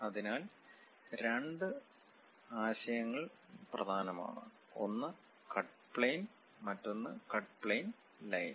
അതിനാൽ രണ്ട് ആശയങ്ങൾ പ്രധാനമാണ് ഒന്ന് കട്ട് പ്ലെയിൻ മറ്റൊന്ന് കട്ട് പ്ലെയിൻ ലൈൻ